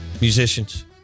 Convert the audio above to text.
Musicians